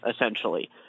essentially